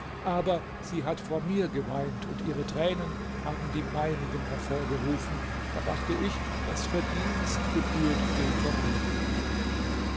aber sie hat vor mir geweint und ihre tränen haben die meinigen hervorgerufen da dachte ich das verdienst gebührt dem vorangehenden